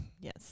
Yes